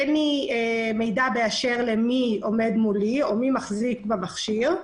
אין לי מידע באשר למי עומד מולי או מי מחזיק במכשיר.